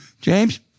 James